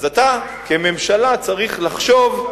אתה כממשלה צריך לחשוב,